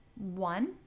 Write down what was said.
One